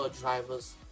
drivers